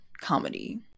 comedy